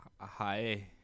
Hi